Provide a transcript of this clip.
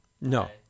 No